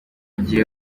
gihe